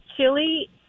chili